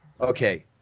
Okay